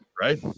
Right